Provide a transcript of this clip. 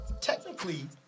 technically